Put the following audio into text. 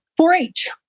4-H